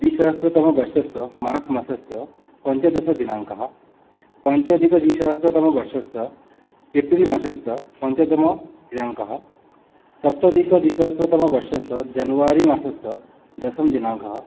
द्विसहस्रतमवर्षस्य मार्च्मासस्य पञ्चदशदिनाङ्कः पञ्चाधिकद्विसहस्रतमवर्षस्य एप्रिल्मासस्य पञ्चतमदिनाङ्कः सप्ताधिकद्विसहस्रतमवर्षस्य जेन्वरिमासस्य दशमदिनाङ्कः